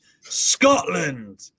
Scotland